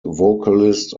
vocalist